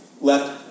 left